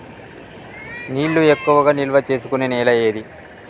నీళ్లు ఎక్కువగా నిల్వ చేసుకునే నేల ఏది?